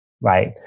right